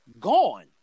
gone